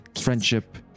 friendship